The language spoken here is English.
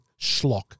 schlock